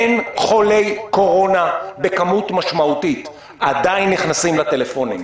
אין חולי קורונה במספרים משמעותיים ועדיין נכנסים לטלפונים.